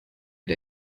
der